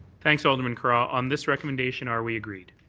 thanks, alderman carra. on this recommendation are we agreed?